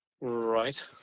Right